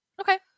Okay